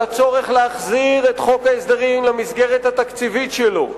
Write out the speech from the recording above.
על הצורך להחזיר את חוק ההסדרים למסגרת התקציבית שלו,